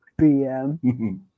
bm